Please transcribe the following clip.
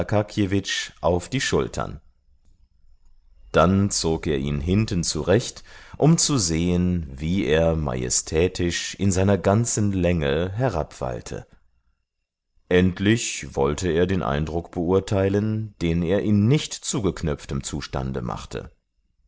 auf die schultern dann zog er ihn hinten zurecht um zu sehen wie er majestätisch in seiner ganzen länge herabwallte endlich wollte er den eindruck beurteilen den er in nicht zugeknöpftem zustande machte